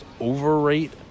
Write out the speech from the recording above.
overrate